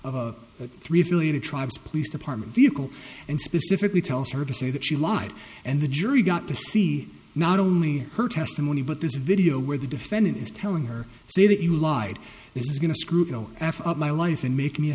of a three affiliated tribes police department vehicle and specifically tells her to say that she lied and the jury got to see not only her testimony but this video where the defendant is telling her see that you lied this is going to screw up my life and make me a